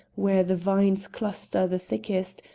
where the vines cluster the thickest,